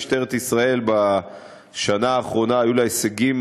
למשטרת ישראל בשנה האחרונה היו הישגים